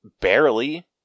Barely